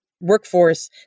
workforce